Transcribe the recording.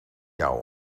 jou